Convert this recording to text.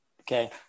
Okay